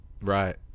right